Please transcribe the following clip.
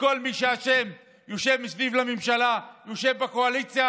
וכל מי שאשם, יושב סביב, בממשלה, בקואליציה.